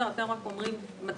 מעבר לזה כל